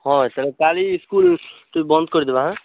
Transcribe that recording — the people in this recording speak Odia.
ହଁ ତାହେଲେ କାଲି ସ୍କୁଲକେ ବନ୍ଦ କରି ଦବା ହାଁ